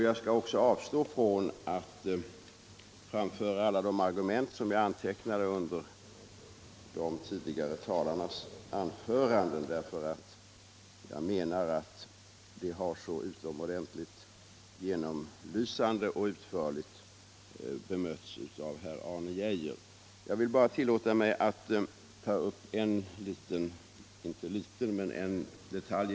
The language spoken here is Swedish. Jag skall också avstå från att framföra alla de argument som jag antecknat under tidigare talares anföranden, eftersom Arne Geijer så utomordentligt genomlysande och utförligt behandlat dem. Jag vill nöja mig med att ta upp en synpunkt.